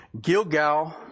Gilgal